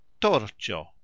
Torcio